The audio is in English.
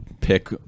pick